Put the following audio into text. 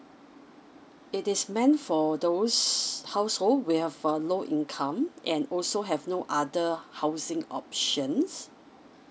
it is meant for those household with have a low income and also have no other housing options